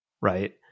Right